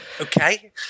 Okay